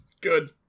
Good